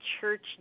church